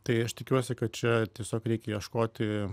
tai aš tikiuosi kad čia tiesiog reikia ieškoti